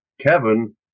Kevin